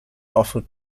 offered